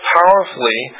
powerfully